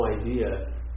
idea